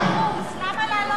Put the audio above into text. אפשר עוד מיליארד.